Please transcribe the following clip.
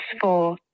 four